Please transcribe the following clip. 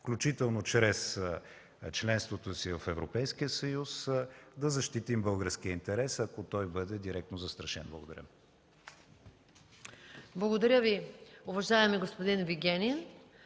включително чрез членството си в Европейския съюз да защитим българския интерес, ако той бъде директно застрашен. Благодаря. ПРЕДСЕДАТЕЛ МАЯ МАНОЛОВА: Благодаря Ви, уважаеми господин Вигенин.